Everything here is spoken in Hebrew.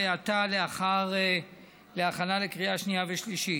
ועתה, להכנה לקריאה שנייה ושלישית.